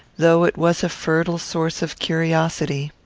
though it was a fertile source of curiosity.